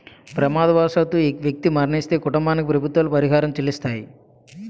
ప్రమాదవశాత్తు వ్యక్తి మరణిస్తే కుటుంబానికి ప్రభుత్వాలు పరిహారం చెల్లిస్తాయి